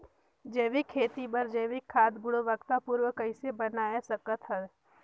जैविक खेती बर जैविक खाद गुणवत्ता पूर्ण कइसे बनाय सकत हैं?